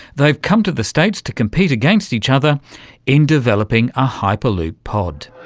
they've come to the states to compete against each other in developing a hyperloop pod.